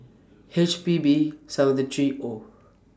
H P B seventy three O